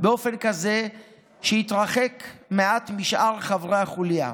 באופן כזה שהתרחק מעט משאר חברי החוליה.